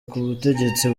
k’ubutegetsi